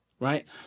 Right